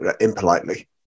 impolitely